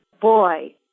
boy